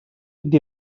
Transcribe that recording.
vint